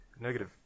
Negative